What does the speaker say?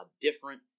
different